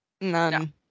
None